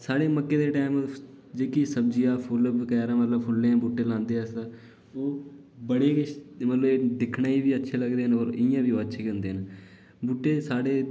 साढ़े मक्के दे टैम जेह्की सब्जि़यां फुल्ल बगैरा मतलब फुल्ले दे बूह्टे लाए देे असें बड़े गै मतलब दिक्खने गी बी अच्छे लगदे और इ'यां बी ओह् अच्छे गै होंदे न बूह्टे साढ़े